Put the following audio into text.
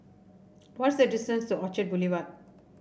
what is the distance to Orchard Boulevard